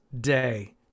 day